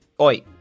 Oi